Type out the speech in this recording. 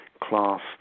class